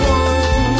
one